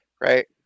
right